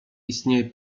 istnieje